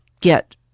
get